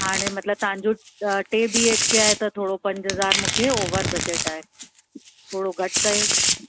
हाणे मतिलबु तव्हांजो टे बी एच के आहे त थोरो पंज हज़ार मूंखे ओवर बजट आहे थोरो घटि कयो